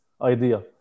idea